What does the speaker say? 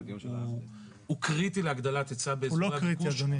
הוא קריטי להגדלת היצע באזורי הביקוש,